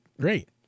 Great